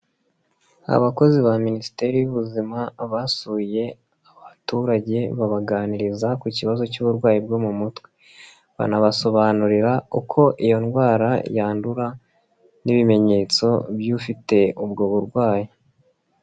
Abakozi ba minisiteri y'ubuzima basuye abaturage babaganiriza ku kibazo cy'uburwayi bwo mu mutwe, banabasobanurira uko iyo ndwara yandura n'ibimenyetso by'ufite ubwo burwayi.